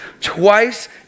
twice